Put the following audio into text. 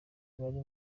bari